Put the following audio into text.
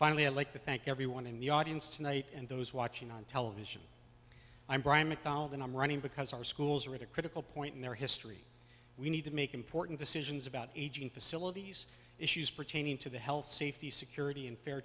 finally i'd like to thank everyone in the audience tonight and those watching on television i'm brian mcdonald and i'm running because our schools are at a critical point in their history we need to make important decisions about aging facilities issues pertaining to the health safety security and fair